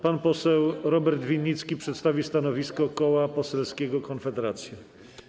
Pan poseł Robert Winnicki przedstawi stanowisko Koła Poselskiego Konfederacja.